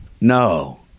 No